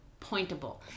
pointable